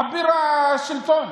אביר השלטון,